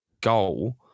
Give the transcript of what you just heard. goal